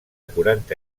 quaranta